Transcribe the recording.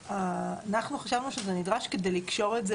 אנחנו חשבנו שזה נדרש כדי לקשור את זה